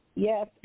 Yes